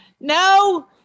No